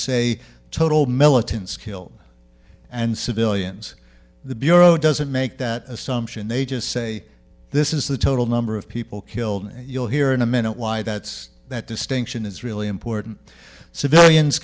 say total militants killed and civilians the bureau doesn't make that assumption they just say this is the total number of people killed and you'll hear in a minute why that's that distinction is really important civilians